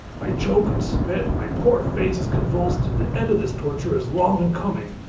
i choke and spit, my poor face is convulsed and the end of this torture is long in coming.